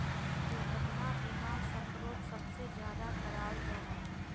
दुर्घटना बीमा सफ़रोत सबसे ज्यादा कराल जाहा